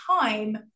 time